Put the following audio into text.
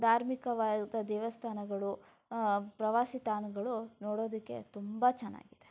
ಧಾರ್ಮಿಕವಾದ ದೇವಸ್ಥಾನಗಳು ಪ್ರವಾಸಿ ತಾಣಗಳು ನೋಡೋದಕ್ಕೆ ತುಂಬ ಚೆನ್ನಾಗಿದೆ